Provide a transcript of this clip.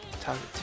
Target